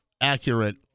accurate